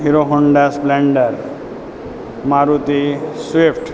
hero Honda Splendor Maruti Swift